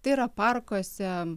tai yra parkuose